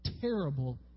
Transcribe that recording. terrible